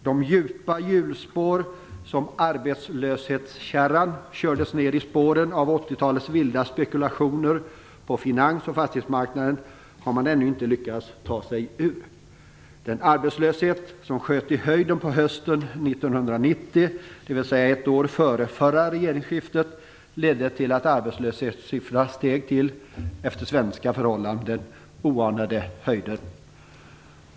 De djupa hjulspår som talets vilda spekulationer på finans och fastighetsmarknaden, har man ännu inte lyckats ta sig ur. Den arbetslöshet som sköt i höjden på hösten 1990, dvs. ett år före förra regeringsskiftet, ledde till att arbetslöshetssiffrorna steg till, efter svenska förhållanden, oanade höjder.